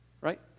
right